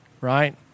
right